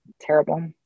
terrible